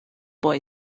boy